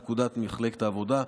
51. פקודת מחלקת העבודה,